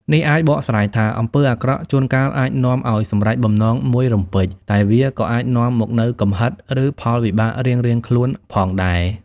នេះអាចបកស្រាយថា អំពើអាក្រក់ជួនកាលអាចនាំឲ្យសម្រេចបំណងមួយរំពេច តែវាក៏អាចនាំមកនូវកំហិត ឬផលវិបាករៀងៗខ្លួនផងដែរ។